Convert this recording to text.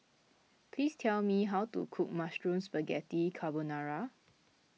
please tell me how to cook Mushroom Spaghetti Carbonara